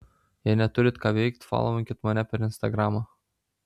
jei neturit ką veikt folovinkit mane per instagramą